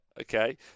okay